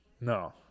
No